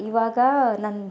ಇವಾಗ ನನ್ನ